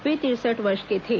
वे तिरसठ वर्ष के थे